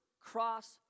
cross